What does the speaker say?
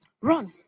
run